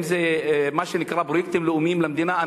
אם זה מה שנקרא פרויקטים לאומיים למדינה,